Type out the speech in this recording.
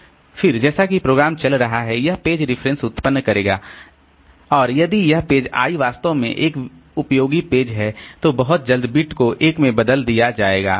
फिर जैसा कि प्रोग्राम चल रहा है यह पेज रेफरेंस उत्पन्न करेगा और यदि यह पेज i वास्तव में एक उपयोगी पेज है तो बहुत जल्द बिट को 1 में बदल दिया जाएगा